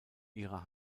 ihrer